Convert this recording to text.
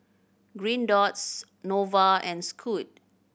Green dots Nova and Scoot